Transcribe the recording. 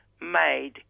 made